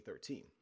2013